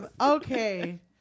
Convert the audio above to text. Okay